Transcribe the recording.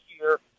year